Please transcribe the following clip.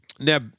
Now